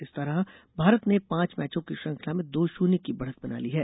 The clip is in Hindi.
इस तरह भारत ने पांच मैचों की श्रृंखला में दो शून्य की बढ़त बना ली है